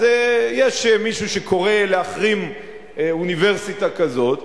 אז יש מישהו שקורא להחרים אוניברסיטה כזאת.